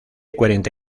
cuarenta